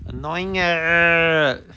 annoying leh